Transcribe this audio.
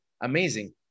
Amazing